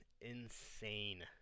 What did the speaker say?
Insane